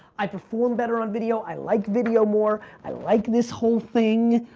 i perform better on video, i like video more, i like this whole thing.